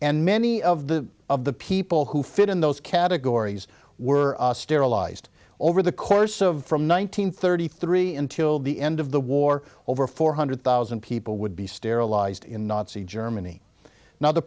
and many of the of the people who fit in those categories were sterilized over the course of from one nine hundred thirty three until the end of the war over four hundred thousand people would be sterilized in nazi germany now the